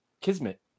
Kismet